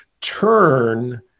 turn